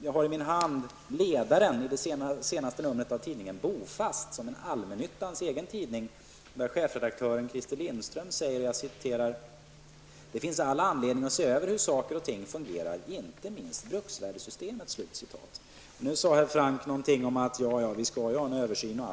Jag har i min hand ledaren i det senare numret av tidningen Bofast, allmännyttans egen tidning, där chefredaktören Crister Lindström säger följande: ''Det finns all anledning att se över hur saker och ting fungerar, inte minst bruksvärdessystemet.'' Herr Franck sade något om att det skall göras en översyn.